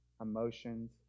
emotions